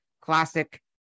classic